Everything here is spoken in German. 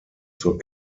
zur